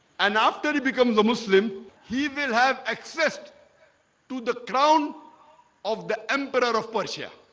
and after he becomes a muslim he will have accessed to the crown of the emperor of persia